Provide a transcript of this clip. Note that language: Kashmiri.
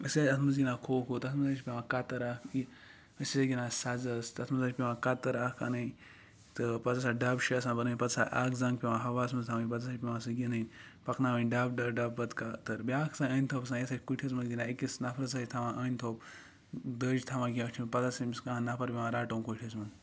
أسۍ ٲسۍ اَتھ مَنٛز گِنٛدان کھو کھو تَتھ مَنٛز حظ چھِ پیٚوان کَتٕر اکھ أسۍ حظ ٲسۍ گِنٛدان سَزَس تَتھ مَنٛز حظ چھِ پیٚوان کَتٕر اکھ اَنٕنۍ تہٕ پَتہٕ حظ چھِ آسان ڈَبہٕ شےٚ آسان بَنٲیِتھ امہِ پَتہٕ چھِ آسان اکھ زَنٛگ چھِ آسان ہَوہَس مَنٛز تھاوٕنۍ پَتہٕ ہَسا چھِ پیٚوان سۄ گِنٛدٕن پَکناوٕنۍ ڈَبہٕ پَتہٕ ڈَبہٕ کَتٕر بیاکھ چھُ آسان أنۍ تھوٚپ آسان یہِ ہَسا چھِ کُٹھِس مَنٛز گِنٛدان أکِس نَفرَس حظ چھِ تھاوان أنۍ تھوٚپ دٔج تھاوان کینٛہہ أچھَن پَتہٕ ہَسا چھُ أمِس پیٚوان کانٛہہ نَفَر رَٹُن کُٹھِس مَنٛز